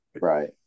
right